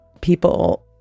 people